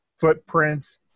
footprints